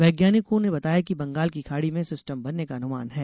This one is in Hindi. वैज्ञानिकों ने बताया कि बंगाल की खाड़ी में सिस्टम बनने का अनुमान है